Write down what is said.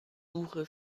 suche